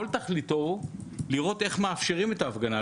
תכליתו היא לראות איך מאפשרים את ההפגנה,